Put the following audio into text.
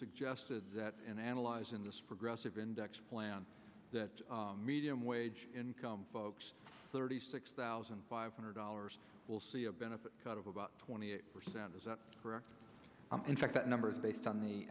suggested that in analyzing this progressive index plan that median wage income folks thirty six thousand five hundred dollars will see a benefit cut of about twenty eight percent is that correct in fact that number is based on the